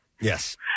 Yes